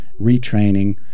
retraining